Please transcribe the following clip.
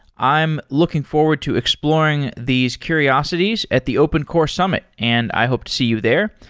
i am looking forward to explor ing these curiosities at the open core summ it, and i hope to see you there.